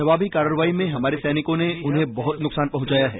जवाबी कार्रवाई में हमारे सैनिकों ने उन्हें बहुत नुकसान पहुंचाया है